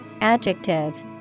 Adjective